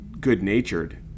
good-natured